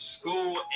School